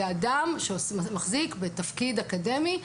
זה אדם שמחזיק בתפקיד אקדמי.